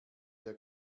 der